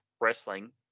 wrestling